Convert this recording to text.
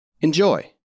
Enjoy